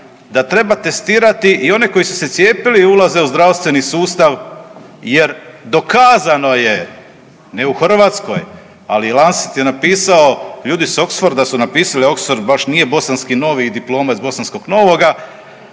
da treba testirati i one koji su se cijepili i ulaze u zdravstveni sustav jer dokazano je, ne u Hrvatskoj, ali …/Govornik se ne razumije/…je napisao, ljudi s Oxforda su napisali, Oxford baš nije Bosanski Novi i diplome iz Bosanskog Novoga